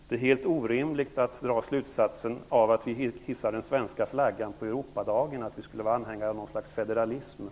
Det är helt orimligt att dra slutsatsen att vi skulle vara anhängare av något slags federalism för att vi hissar den svenska flaggan på Europadagen.